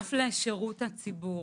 האגף לשירות הציבור.